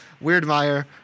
Weirdmeyer